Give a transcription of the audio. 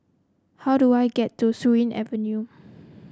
how do I get to Surin Avenue